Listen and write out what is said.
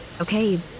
Okay